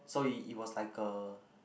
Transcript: so it it was like a